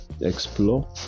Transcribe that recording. explore